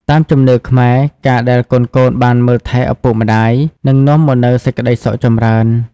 តាមជំនឿខ្មែរ ការដែលកូនៗបានមើលថែឪពុកម្តាយ នឹងនាំមកនូវសេចក្តីសុខចម្រើន។